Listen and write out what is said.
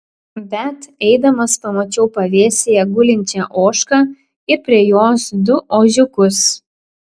bet eidamas pamačiau pavėsyje gulinčią ožką ir prie jos du ožiukus